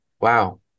wow